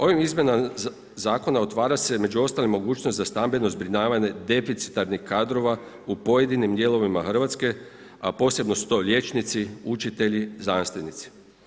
Ovim izmjenama zakona otvara se među ostalima mogućnost za stambeno zbrinjavanje deficitarnih kadrova u pojedinim dijelovima Hrvatske, a posebno su to liječnici, učitelji, znanstvenici.